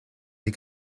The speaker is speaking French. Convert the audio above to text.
les